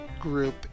group